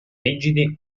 rigidi